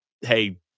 Hey